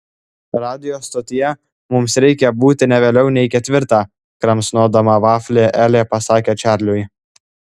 radijo stotyje mums reikia būti ne vėliau nei ketvirtą kramsnodama vaflį elė pasakė čarliui